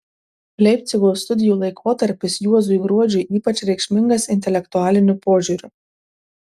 leipcigo studijų laikotarpis juozui gruodžiui ypač reikšmingas intelektualiniu požiūriu